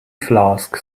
flask